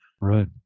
right